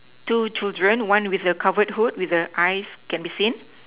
two children one with a covered hood with the eyes can be seen